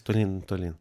tolyn tolyn